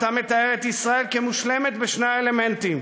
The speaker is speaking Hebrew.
אתה מתאר את ישראל כמושלמת בשני האלמנטים,